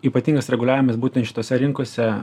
ypatingas reguliavimas būtent šitose rinkose